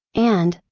and,